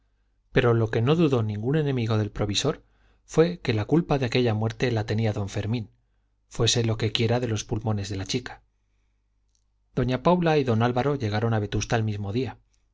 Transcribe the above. pero lo que no dudó ningún enemigo del provisor fue que la culpa de aquella muerte la tenía don fermín fuese lo que quiera de los pulmones de la chica doña paula y don álvaro llegaron a vetusta el mismo día